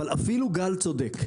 אבל אפילו גל צודק,